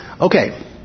Okay